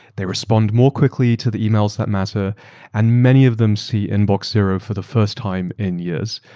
they respond more quickly to the emails that matter and many of them see inbox zero for the first time in years.